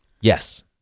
Yes